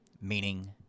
meaning